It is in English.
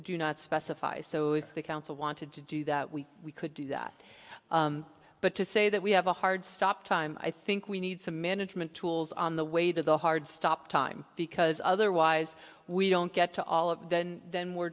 do not specify so if the council wanted to do that we could do that but to say that we have a hard stop time i think we need some management tools on the way to the hard stop time because otherwise we don't get to all of then then we're